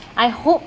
I hope